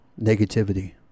negativity